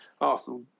Arsenal